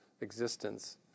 existence